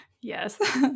Yes